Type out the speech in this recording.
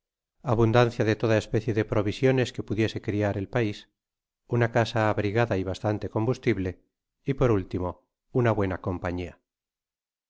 abundancia de toda especie de provisiones que pudiese criar el pais una casa abrigada y bastante combustible y por último una buena compañia